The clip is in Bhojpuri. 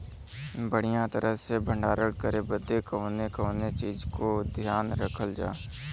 बढ़ियां तरह से भण्डारण करे बदे कवने कवने चीज़ को ध्यान रखल जा?